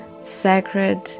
sacred